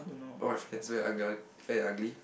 all your friends very ug~ very ugly